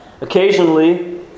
Occasionally